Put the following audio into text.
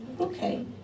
Okay